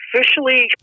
officially